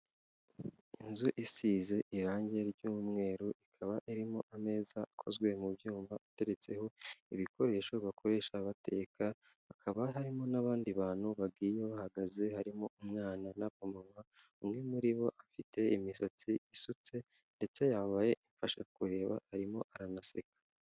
Inzu isize irange ry'umweru, ikaba irimo ameza akozwe mu byuma, ateretseho ibikoresho bakoresha bateka, hakaba harimo n'abandi bantu bagiye bahagaze harimo umwana b'abamama, umwe muri bo afite imisatsi isutse ndetse yambaye ibifasha kureba, arimo aranaseka.